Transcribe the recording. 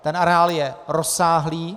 Ten areál je rozsáhlý.